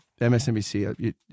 msnbc